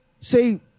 say